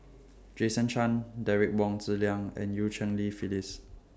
Jason Chan Derek Wong Zi Liang and EU Cheng Li Phyllis